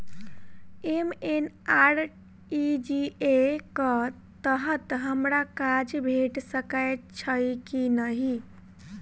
MNREGA कऽ तहत हमरा काज भेट सकय छई की नहि?